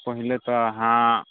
सभ सँ पहिले तऽ अहाँ